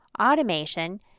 automation